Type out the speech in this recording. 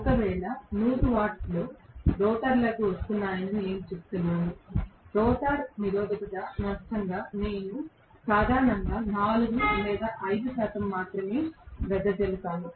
ఒకవేళ 100 వాట్స్ రోటర్లోకి వస్తున్నాయని నేను చెప్తున్నాను రోటర్ నిరోధక నష్టంగా నేను సాధారణంగా 4 లేదా 5 శాతం మాత్రమే వెదజల్లుతాను